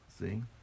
see